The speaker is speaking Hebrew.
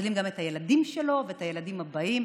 מצילים גם את הילדים שלו ואת הילדים הבאים,